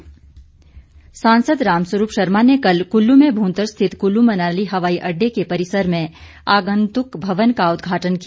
रामस्वरूप सांसद रामस्वरूप शर्मा ने कल कुल्लू में भुंतर स्थित कुल्लू मनाली हवाई अड्डे के परिसर में आगंतुक भवन का उदघाटन किया